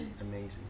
amazing